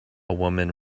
woman